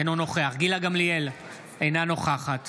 אינו נוכח גילה גמליאל - אינה נוכחת